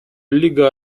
лига